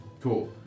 Cool